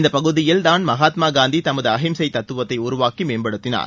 இந்த பகுதியில் தான் மகாத்மா காந்தி தமது அகிம்சை தத்துவத்தை உருவாக்கி மேம்படுத்தினார்